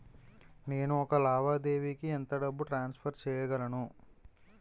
నేను ఒక లావాదేవీకి ఎంత డబ్బు ట్రాన్సఫర్ చేయగలను?